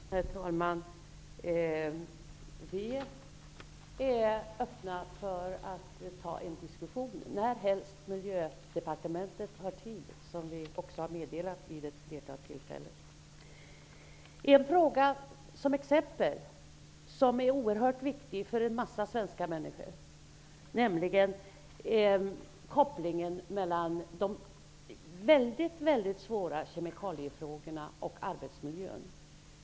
Herr talman! Vi är öppna för att ta en diskussion närhelst Miljödepartementet har tid, vilket vi också har meddelat vid ett flertal tillfällen. Jag har en fråga, som ett exempel, som är oerhört viktig för många människor i Sverige. Det gäller kopplingen mellan de mycket svåra kemikaliefrågorna och arbetsmiljön.